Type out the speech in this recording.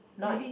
not